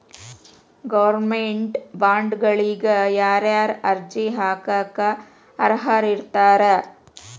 Government ಬಾಂಡ್ಗಳಿಗ ಯಾರ್ಯಾರ ಅರ್ಜಿ ಹಾಕಾಕ ಅರ್ಹರಿರ್ತಾರ?